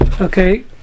Okay